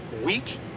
week